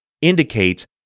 indicates